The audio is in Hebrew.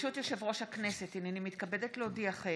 ברשות יושב-ראש הכנסת, הינני מתכבדת להודיעכם,